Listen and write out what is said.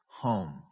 home